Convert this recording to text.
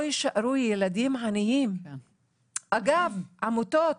באוכלוסייה הערבית העוני יותר עמוק מאשר העוני באוכלוסייה